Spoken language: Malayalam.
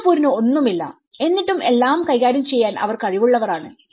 സിങ്കപ്പൂരിന് ഒന്നുമില്ല എന്നിട്ടും എല്ലാം കൈകാര്യം ചെയ്യാൻ അവർ കഴിവുള്ളവർ ആണ്